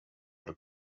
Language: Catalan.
per